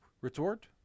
Retort